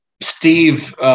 Steve